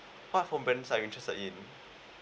part from interested in